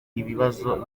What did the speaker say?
ibibazo